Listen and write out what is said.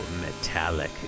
metallic